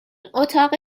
اتاق